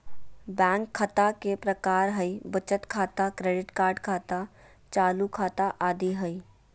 bank खता के प्रकार हइ बचत खाता, क्रेडिट कार्ड खाता, चालू खाता आदि हइ